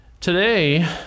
Today